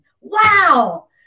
Wow